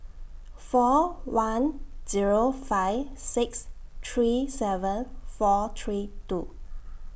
four one Zero five six three seven four three two